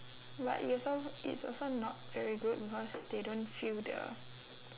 but it also it's also not very good because they don't feel the